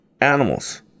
animals